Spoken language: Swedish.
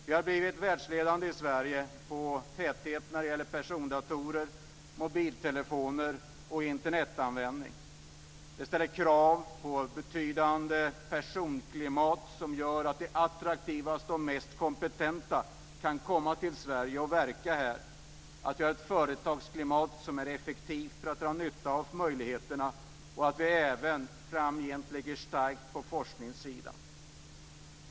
Vi har i Sverige blivit världsledande på täthet när det gäller persondatorer, mobiltelefoner och Internetanvändning. Det ställer krav på ett speciellt personklimat, som gör att de attraktivaste och mest kompetenta kan komma till Sverige och verka här och på ett företagsklimat som är effektivt när det gäller att dra nytta av möjligheterna. Det krävs också att vi även framgent står starka på forskningssidan.